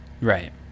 right